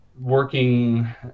Working